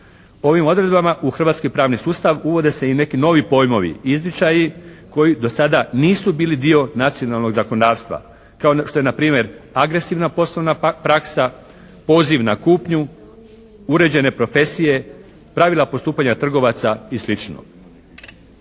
Ovim odredbama u hrvatski pravni sustav uvode se i neki novi pojmovi, izričaji koji do sada nisu bili dio nacionalnog zakonodavstva kao što je npr. agresivna poslovna praksa, poziv na kupnju, uređene profesije, pravila postupanja trgovaca i sl.